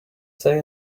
say